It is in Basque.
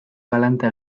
galanta